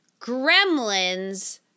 Gremlins